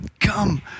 Come